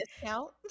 discount